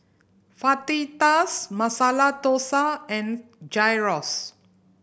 Fajitas Masala Dosa and Gyros